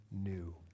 New